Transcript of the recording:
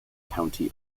county